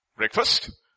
breakfast